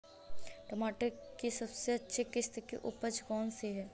टमाटर की सबसे अच्छी किश्त की उपज कौन सी है?